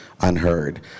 unheard